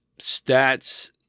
stats